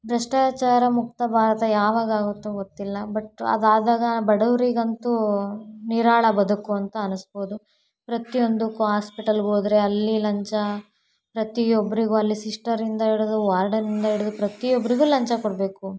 ಭ್ರಷ್ಟಾಚಾರ ಮುಕ್ತ ಭಾರತ ಯಾವಾಗ ಆಗುತ್ತೋ ಗೊತ್ತಿಲ್ಲ ಬಟ್ ಅದಾದಾಗ ಬಡವರಿಗಂತೂ ನಿರಾಳ ಬದುಕು ಅಂತ ಅನಿಸ್ಬೌದು ಪ್ರತಿಯೊಂದಕ್ಕೂ ಆಸ್ಪಿಟಲ್ಗೆ ಹೋದ್ರೆ ಅಲ್ಲಿ ಲಂಚ ಪ್ರತಿಯೊಬ್ಬರಿಗೂ ಅಲ್ಲಿ ಸಿಸ್ಟರಿಂದ ಹಿಡ್ದು ವಾರ್ಡನಿಂದ ಹಿಡ್ದು ಪ್ರತಿಯೊಬ್ಬರಿಗೂ ಲಂಚ ಕೊಡಬೇಕು